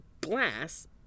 Glass